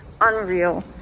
unreal